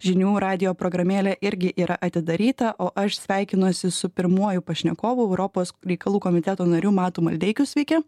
žinių radijo programėlė irgi yra atidaryta o aš sveikinuosi su pirmuoju pašnekovu europos reikalų komiteto nariu matu maldeikiu sveiki